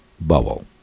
bubble